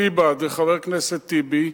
אליבא דחבר הכנסת טיבי,